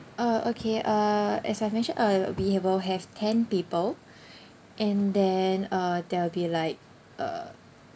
uh okay uh as I mentioned uh we will have ten people and then uh there'll be like uh